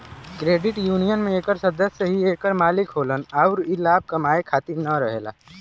credit union में एकर सदस्य ही एकर मालिक होलन अउर ई लाभ कमाए खातिर न रहेला